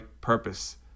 purpose